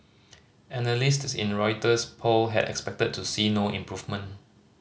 analysts in a Reuters poll had expected to see no improvement